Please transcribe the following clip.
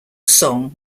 song